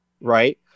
right